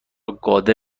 قادر